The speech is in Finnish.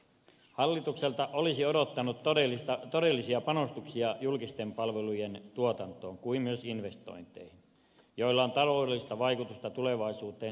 hallitukselta olisi odottanut todellisia panostuksia julkisten palvelujen tuotantoon kuin myös investointeihin joilla on taloudellista vaikutusta tulevaisuuteen suuntaavaan kehittämiseen